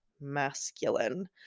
masculine